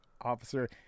officer